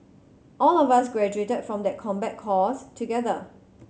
all of us graduated from that combat course together